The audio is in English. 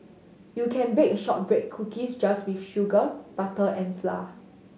you can bake shortbread cookies just with sugar butter and flour